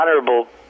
honorable